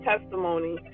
testimony